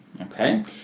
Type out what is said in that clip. okay